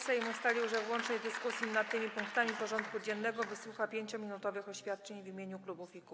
Sejm ustalił, że w łącznej dyskusji nad tymi punktami porządku dziennego wysłucha 5-minutowych oświadczeń w imieniu klubów i kół.